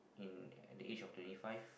in at the age of twenty five